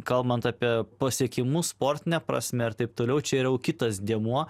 kalbant apie pasiekimus sportine prasme ir taip toliau čia yra jau kitas dėmuo